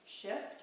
shift